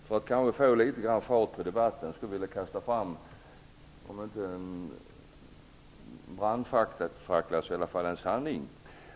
För att få litet fart på debatten skulle jag vilja kasta fram om inte en brandfackla så i alla fall en sanning.